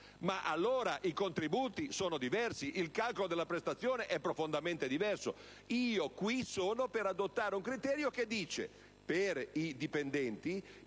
ma allora i contributi sarebbero diversi, il calcolo della prestazione sarebbe profondamente diverso. Io qui sono per adottare un criterio che dice che per i dipendenti